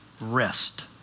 rest